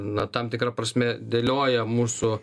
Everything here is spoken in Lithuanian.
na tam tikra prasme dėlioja mūsų